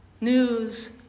News